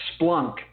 Splunk